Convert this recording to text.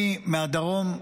אני מהדרום.